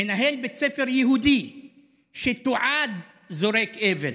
מנהל בית ספר יהודי שתועד זורק אבן,